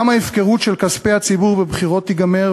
גם ההפקרות של כספי הציבור בבחירות תיגמר,